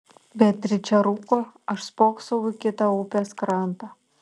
beatričė rūko aš spoksau į kitą upės krantą